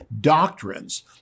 doctrines